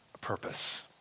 Purpose